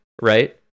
right